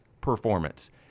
performance